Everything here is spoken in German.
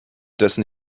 dessen